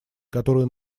которую